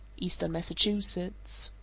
eastern massachusetts.